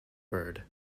bird